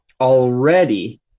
already